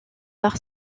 par